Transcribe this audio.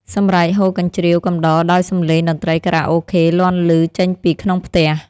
សម្រែកហ៊ោកញ្ជ្រៀវកំដរដោយសំឡេងតន្ត្រីខារ៉ាអូខេលាន់ឮចេញពីក្នុងផ្ទះ។